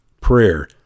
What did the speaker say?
Prayer